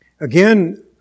Again